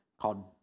called